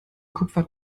kupfer